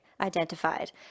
identified